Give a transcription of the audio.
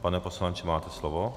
Pane poslanče, máte slovo.